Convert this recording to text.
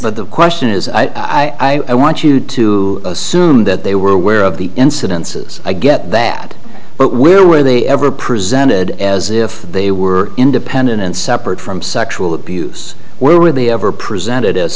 but the question is i want you to assume that they were aware of the incidences i get that but we're were they ever presented as if they were independent and separate from sexual abuse were they ever presented